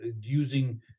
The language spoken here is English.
using